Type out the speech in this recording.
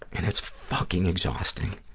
and it's fucking exhausting.